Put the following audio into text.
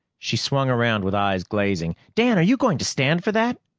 she swung around with eyes glazing. dan, are you going to stand for that?